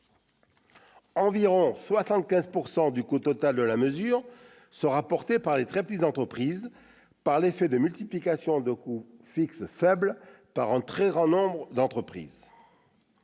Environ 75 % du coût total de la mesure reposera sur les très petites entreprises par l'effet de multiplication d'un coût fixe faible par un très grand nombre d'entreprises.